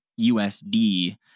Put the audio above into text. USD